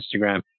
Instagram